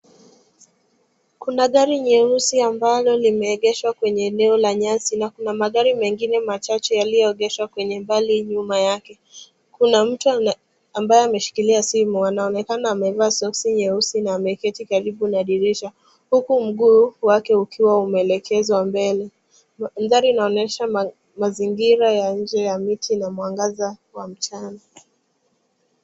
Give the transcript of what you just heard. Kuna gari nyeusi ambalo limeegeshwa kwenye eneo la nyasi na kuna magari mengine machache yaliyoegeshwa kwenye mbali nyuma yake. Kuna mtu ambaye ameshikilia simu anaonekana amevaa soksi nyeusi na ameketi karibu na dirisha, huku mguu wake ukiwa umeelekezwa mbele. Mandhari inaonyesha mazingira ya nje ya miti na mwangaza wa mchana.